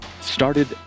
Started